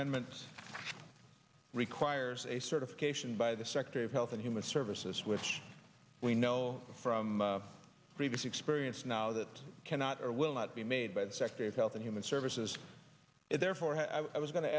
amendment requires a certification by the secretary of health and human services which we know from previous experience now that cannot or will not be made by the secretary of health and human services and therefore i was go